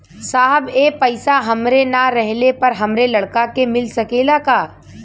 साहब ए पैसा हमरे ना रहले पर हमरे लड़का के मिल सकेला का?